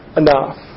enough